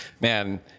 man